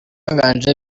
nganji